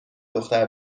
دختر